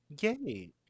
Yay